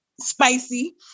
spicy